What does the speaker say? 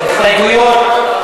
הסתייגויות.